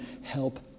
Help